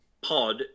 pod